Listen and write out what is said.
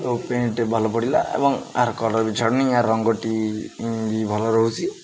ଓ pant ଭଲ ପଡ଼ିଲା ଏବଂ ଆର କଲର୍ ବି ଛାଡ଼ୁନି ଆ ରଙ୍ଗଟି ବି ଭଲ ରହୁଛି